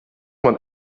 man